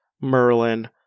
Merlin